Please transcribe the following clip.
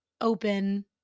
open